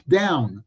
down